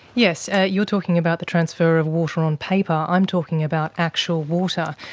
yes, you're talking about the transfer of water on paper, i'm talking about actual water.